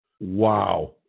Wow